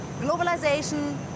globalization